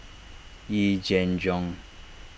Yee Jenn Jong